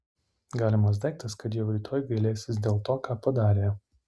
galimas daiktas kad jau rytoj gailėsis dėl to ką padarė